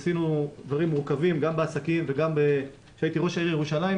עשינו דברים מורכבים גם בעסקים וגם כשהייתי ראש העיר ירושלים,